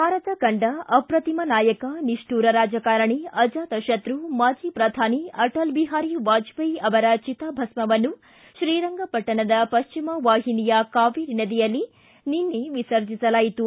ಭಾರತ ಕಂಡ ಅಶ್ರತಿಮ ನಾಯಕ ನಿಷ್ಠುರ ರಾಜಕಾರಣಿ ಅಜಾತಶತ್ಯ ಮಾಜಿ ಪ್ರಧಾನಿ ಆಟಲ್ ಬಿಹಾರಿ ವಾಜಪೇಯಿ ಅವರ ಚಿತಾಭಸ್ಮವನ್ನು ಶ್ರೀರಂಗಪಟ್ಟಣದ ಪಶ್ಚಿಮವಾಹಿನಿಯ ಕಾವೇರಿ ನದಿಯಲ್ಲಿ ನಿನ್ನೆ ವಿಸರ್ಜಿಸಲಾಯಿತು